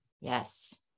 Yes